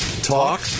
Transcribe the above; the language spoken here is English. talk